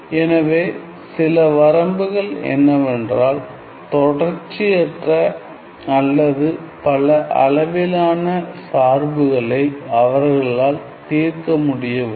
எனவே சில வரம்புகள் என்னவென்றால் தொடர்ச்சியற்ற அல்லது பல அளவிலான சார்புகளை அவர்களால் தீர்க்க முடியவில்லை